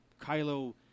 Kylo